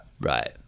Right